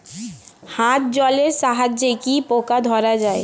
হাত জলের সাহায্যে কি পোকা ধরা যায়?